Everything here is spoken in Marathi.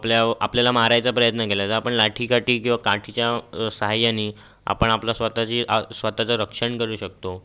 आपल्या आपल्याला मारायचा प्रयत्न केला तर आपण लाठी काठी किंवा काठीच्या सहाय्याने आपण आपलं स्वतःची स्वतःचं रक्षण करू शकतो